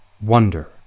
wonder